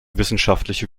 wissenschaftliche